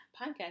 podcast